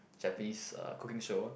Japanese uh cooking show